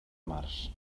març